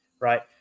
right